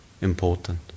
important